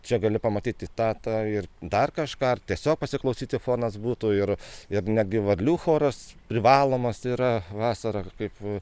čia gali pamatyti tą tą ir dar kažką ar tiesiog pasiklausyti fonas būtų ir ir netgi varlių choras privalomas yra vasarą kaip